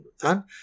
done